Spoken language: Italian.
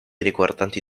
riguardanti